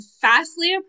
fastly